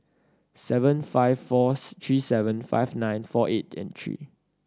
seven five four three seven five nine four eight and three